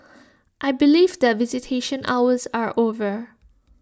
I believe that visitation hours are over